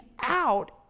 out